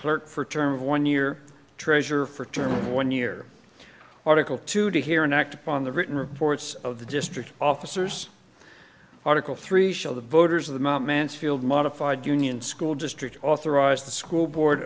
clerk for term of one year treasurer for term one year article two to hear and act upon the written reports of the district officers article three shall the voters of the mt mansfield modified union school district authorize the school board